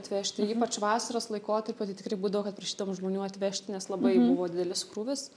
atvežti ypač vasaros laikotarpiu tai tikrai būdavo kad prašydavom žmonių atvežti nes labai buvo didelis krūvis